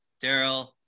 Daryl